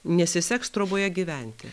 nesiseks troboje gyventi